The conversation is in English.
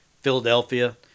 Philadelphia